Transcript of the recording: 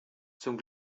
zum